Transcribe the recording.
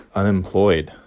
unemployed.